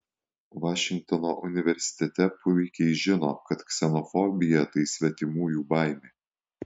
vašingtono universitete puikiai žino kad ksenofobija tai svetimųjų baimė